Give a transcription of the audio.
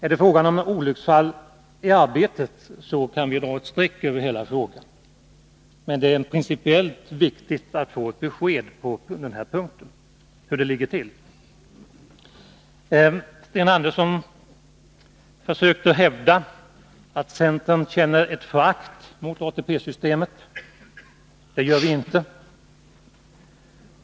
Är det ett olycksfall i arbetet kan vi dra ett streck över hela frågan. Det är dock principiellt viktigt att få ett besked om hur det ligger till på den här punkten. Sten Andersson försökte hävda att centern känner ett förakt för ATP-systemet. Det gör vi inte.